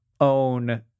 own